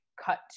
cut